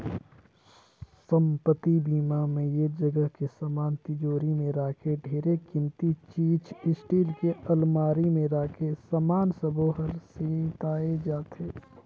संपत्ति बीमा म ऐ जगह के समान तिजोरी मे राखे ढेरे किमती चीच स्टील के अलमारी मे राखे समान सबो हर सेंइताए जाथे